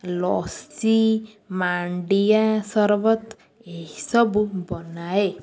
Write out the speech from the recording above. ଲସି ମାଣ୍ଡିଆ ସରବତ ଏହିସବୁ ବନାଏ